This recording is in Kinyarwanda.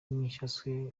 mwishywa